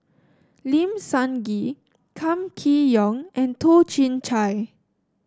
Lim Sun Gee Kam Kee Yong and Toh Chin Chye